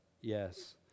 yes